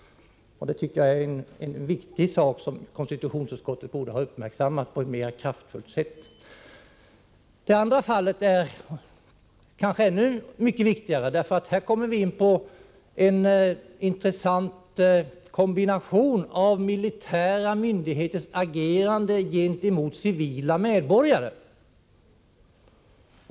Detta är viktigt, och konstitutionsutskottet borde ha uppmärksammat det på ett mera kraftfullt sätt. Det andra fallet är kanske ännu mycket viktigare. Här kommer vi in på en intressant kombination. Det gäller militära myndigheters agerande gentemot civila medborgare.